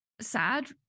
sad